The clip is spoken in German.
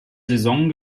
saison